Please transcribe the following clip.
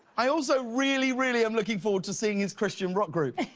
i also really really am looking forward to seeing his christian rock group.